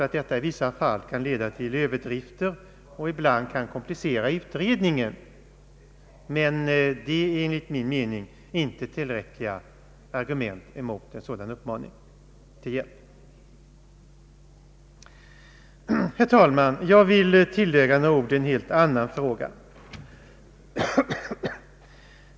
Att detta i vissa fall kan leda till överdrifter och ibland kan komplicera utredningen är enligt min mening inte tillräckliga argument mot en sådan uppmaning. Herr talman! Jag vill tillägga några ord i en helt annan fråga.